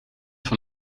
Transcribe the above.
van